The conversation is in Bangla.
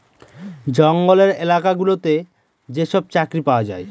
জঙ্গলের এলাকা গুলোতে যেসব চাকরি পাওয়া যায়